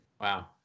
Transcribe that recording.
Wow